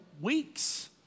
weeks